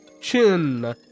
chin